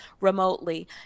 remotely